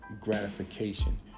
gratification